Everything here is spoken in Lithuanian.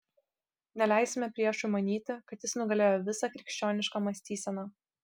neleisime priešui manyti kad jis nugalėjo visą krikščionišką mąstyseną